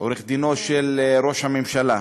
עורך-דינו של ראש הממשלה?